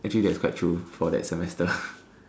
actually that's quite true for that semester